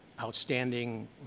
outstanding